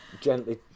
gently